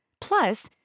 Plus